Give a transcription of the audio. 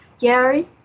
Gary